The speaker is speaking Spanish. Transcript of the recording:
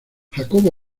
jacobo